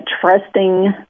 trusting